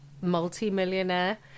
multi-millionaire